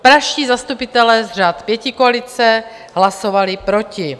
Pražští zastupitelé z řad pětikoalice hlasovali proti.